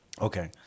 Okay